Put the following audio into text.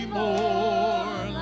more